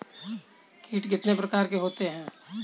कीट कितने प्रकार के होते हैं?